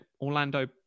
Orlando